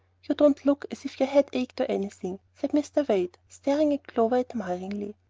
you don't look as if your head ached, or anything, said mr. wade, staring at clover admiringly.